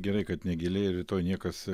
gerai kad ne gėlė rytoj niekas